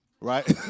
right